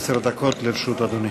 עד עשר דקות לרשות אדוני.